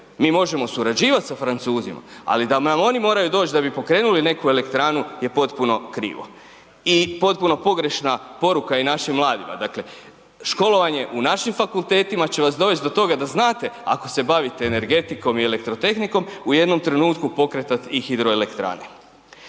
mi možemo surađivati sa Francuzima, ali da nam oni moraju doći da bi pokrenuli neke elektranu je potpuno krivo i potpuno pogrešna poruka i našim mladima. Dakle školovanje u našim fakultetima će vas dovesti do toga da znate ako se bavite energetikom i elektrotehnikom, u jednom trenutku pokretati i hidroelektrane.